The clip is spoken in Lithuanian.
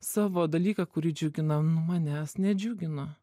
savo dalyką kurį džiugina nu manęs nedžiugino